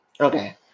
Okay